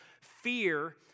fear